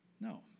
No